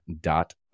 dot